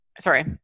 sorry